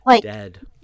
Dead